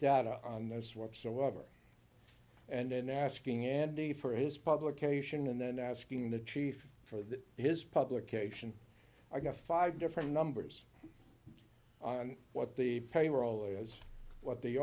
data on this web so whatever and then asking andy for his publication and then asking the chief for that his publication i got five different numbers on what the payroll is what the